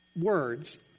words